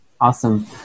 Awesome